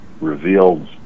revealed